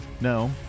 No